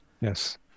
Yes